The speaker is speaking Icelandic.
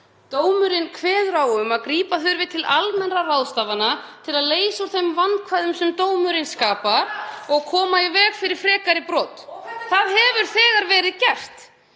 Dómurinn kveður á um að grípa þurfi til almennra ráðstafana til að leysa úr þeim vandkvæðum sem dómurinn skapar og koma í veg fyrir frekari brot. (Gripið fram í.) Það hefur þegar verið gert.